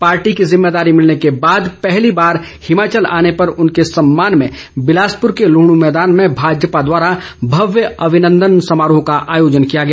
party की जिम्मेदारी मिलने के बाद पहली बार हिमाचल आने पर उनके सम्मान में बिलासपुर के लूहणू मैदान में भाजपा द्वारा भव्य अभिनंदन समारोह का आयोजन किया गया